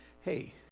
hey